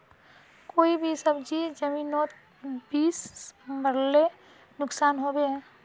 कोई भी सब्जी जमिनोत बीस मरले नुकसान होबे?